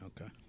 Okay